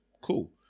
cool